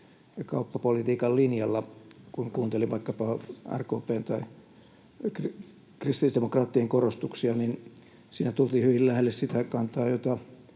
kauppapolitiikan linjalla. Kun kuunteli vaikkapa RKP:n tai kristillisdemokraattien korostuksia, niin siinä tultiin hyvin lähelle sitä kantaa, jota